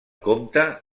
comte